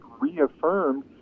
reaffirmed